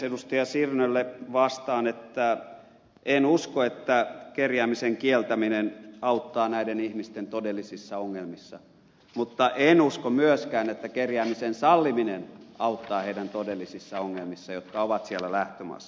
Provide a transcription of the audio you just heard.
sirnölle vastaan että en usko että kerjäämisen kieltäminen auttaa näiden ihmisten todellisissa ongelmissa mutta en usko myöskään että kerjäämisen salliminen auttaa heidän todellisissa ongelmissaan jotka ovat siellä lähtömaassa